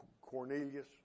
Cornelius